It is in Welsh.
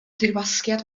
dirwasgiad